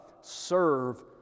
serve